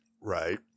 right